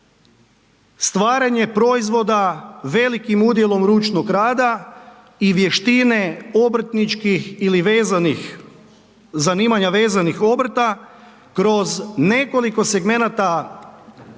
stvaranje proizvoda velikim udjelom ručnog rada i vještine obrtničkih ili zanimanje vezanih obrta kroz nekoliko segmenata